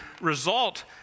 result